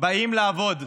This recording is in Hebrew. באים לעבוד: